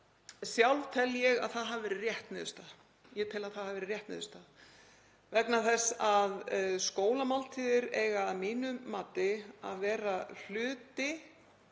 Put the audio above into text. Sjálf tel ég að það hafi verið rétt niðurstaða. Ég tel að það hafi verið rétt niðurstaða vegna þess að skólamáltíðir eiga að mínu mati að vera hluti